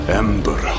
ember